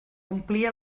omplia